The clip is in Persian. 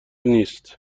نیست